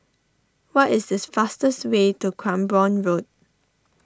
what is this fastest way to Cranborne Road